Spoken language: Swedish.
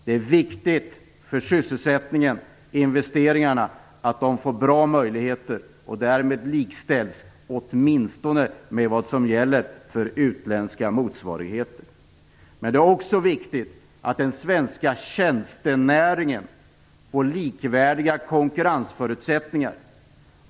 Det är viktigt för sysselsättningen och investeringarna att de får bra möjligheter och därmed åtminstone likställs med vad som gäller för utländska motsvarigheter. Det är också viktigt att den svenska tjänstenäringen får likvärdiga konkurrensförutsättningar.